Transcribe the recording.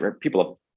people